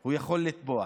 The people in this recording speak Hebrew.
הוא יכול לתבוע.